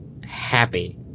Happy